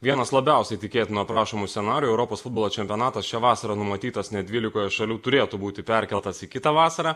vienas labiausiai tikėtinų aprašomų scenarijų europos futbolo čempionatas šią vasarą numatytas net dvylikoje šalių turėtų būti perkeltas į kitą vasarą